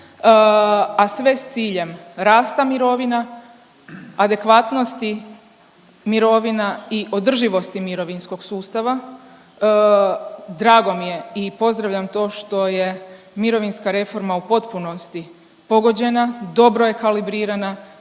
a sve s ciljem rasta mirovina, adekvatnosti mirovina i održivosti mirovinskog sustava. Drago mi je i pozdravljam to što je mirovinska reforma u potpunosti pogođena, dobro je kalibrirana